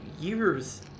years